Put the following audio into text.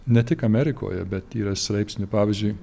ne tik amerikoje bet yra straipsnių pavyzdžiui